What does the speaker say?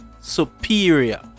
superior